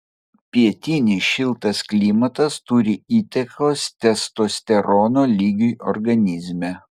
pietinis šiltas klimatas turi įtakos testosterono lygiui organizme